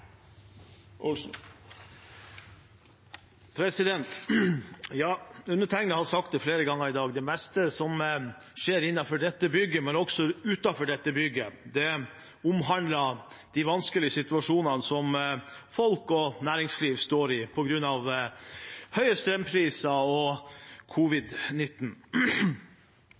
Undertegnede har sagt det flere ganger i dag: Det meste som skjer innenfor dette bygget, men også utenfor dette bygget, omhandler den vanskelige situasjonen folk og næringsliv står i på grunn av høye strømpriser og